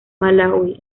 malaui